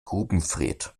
grubenfred